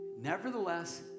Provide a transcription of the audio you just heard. Nevertheless